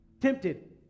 tempted